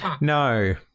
No